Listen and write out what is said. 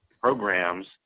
programs